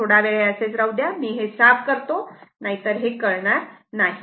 तर थोडावेळ हे असेच राहू द्या मी हे साफ करतो नाहीतर हे कळणार नाही